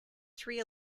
three